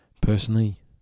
Personally